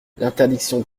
l’interdiction